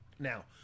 Now